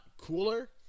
cooler